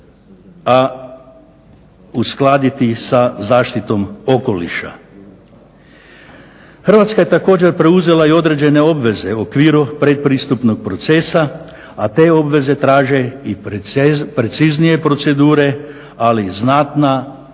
a uskladiti sa zaštitom okoliša. Hrvatska je također preuzela i određene obveze u okviru pretpristupnog procesa, a te obveze traže i preciznije procedure ali i znatna i veća